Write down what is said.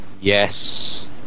Yes